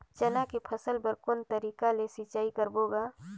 चना के फसल बर कोन तरीका ले सिंचाई करबो गा?